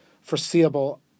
foreseeable